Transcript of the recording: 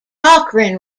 cochrane